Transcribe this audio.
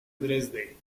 dresde